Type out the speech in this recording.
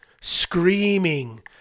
screaming